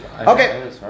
Okay